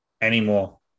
anymore